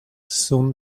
soon